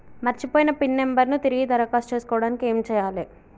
మర్చిపోయిన PIN number ను తిరిగి దరఖాస్తు చేసుకోవడానికి ఏమి చేయాలే?